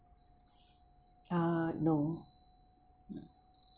uh no